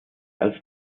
als